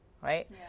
right